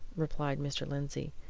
replied mr. lindsey.